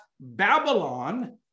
Babylon